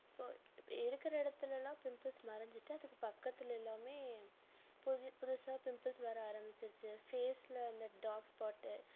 இப்போ இருக்கிற இடத்துலலாம் பிம்புல்ஸ் மறஞ்சுட்டு அதுக்கு பக்கத்தில் எல்லாம் புதுசாக பிம்புல்ஸ் வர ஆரம்பிச்சுருச்சு ஃபேஸில் அந்த டார்க் ஸ்பாட்டு